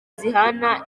zihana